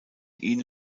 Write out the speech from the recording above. ihn